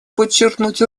подчеркнуть